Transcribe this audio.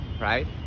right